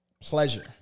pleasure